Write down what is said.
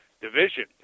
division